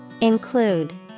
Include